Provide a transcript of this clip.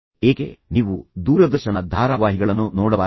ಏಕೆ ನೀವು ದೂರದರ್ಶನ ಧಾರಾವಾಹಿಗಳನ್ನು ಏಕೆ ನೋಡಬಾರದು